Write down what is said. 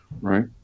right